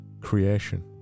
Creation